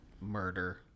murder